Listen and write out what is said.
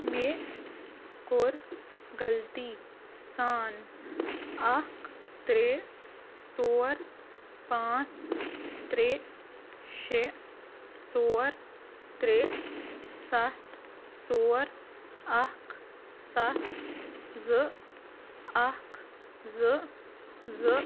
مےٚ کوٚر غلطی سان اکھ ترٛےٚ ژور پانٛژھ ترٛےٚ شےٚ ژور ترٛےٚ سَتھ ژور اکھ ستھ زٕ اکھ زٕ زٕ